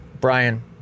Brian